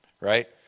Right